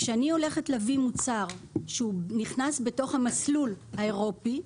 כשאני הולכת להביא מוצר שנכנס בתוך המסלול האירופי,